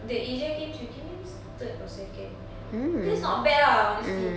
the asia games we came in third or second that's not bad ah honestly